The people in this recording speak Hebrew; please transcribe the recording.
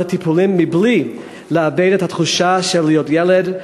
הטיפולים בלי לאבד את התחושה של להיות ילד,